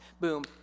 Boom